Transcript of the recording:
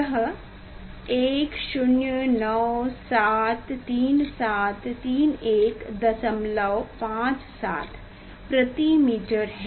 यह 10973731 दशमलव 57 प्रति मीटर है